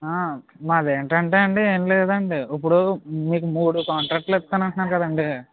మాదేంటంటే అండి ఏం లేదండి ఇప్పుడు మీకు మూడు కాంట్రాక్ట్లు ఇస్తానంటున్నాను కదండి